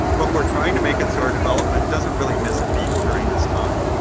but we're trying to make it so our development doesn't really miss a beat during this time,